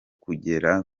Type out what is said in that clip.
kugera